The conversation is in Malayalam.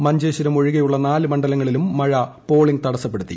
മഞ്ചേശ്വരം ഒഴികെയുള്ള നാല് മണ്ഡലങ്ങളിലും പോളിംഗ് തടസ്സപ്പെടുത്തി